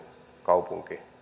kaupunki